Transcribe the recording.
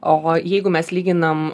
o jeigu mes lyginam